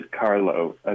Carlo